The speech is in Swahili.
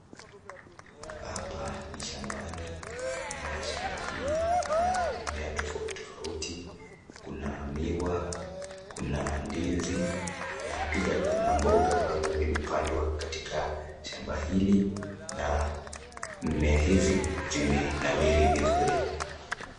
Hapa ni shambani na shamba hii ina mimea tofauti tofauti . Kuna miwa, kuna ndizi na pia kuna mboga ambazo zimepandwa katika shamba hili na mimea hizi zimenawiri vizuri.